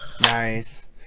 Nice